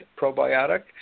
probiotic